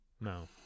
No